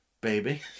baby